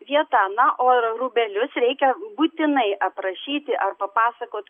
vieta na o rūbelius reikia būtinai aprašyti ar papasakot